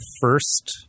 first